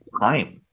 time